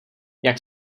jak